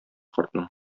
картның